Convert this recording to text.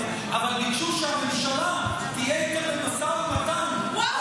אבל ביקשו שהממשלה תהיה איתם במשא ומתן על המקום,